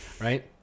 Right